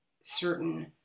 certain